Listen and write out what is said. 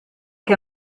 che